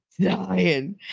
dying